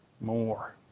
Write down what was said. more